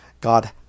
God